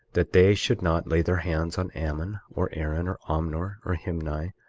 that they should not lay their hands on ammon, or aaron, or omner, or himni,